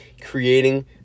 creating